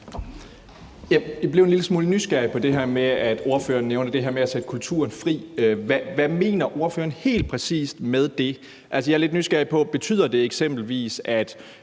blev en lille smule nysgerrig på det her, ordføreren nævner om at sætte kulturen fri. Hvad mener ordføreren helt præcis med det? Altså, jeg er lidt nysgerrig på, hvad det eksempelvis